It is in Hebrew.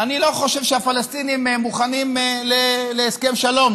אני לא חושב שהפלסטינים מוכנים להסכם שלום,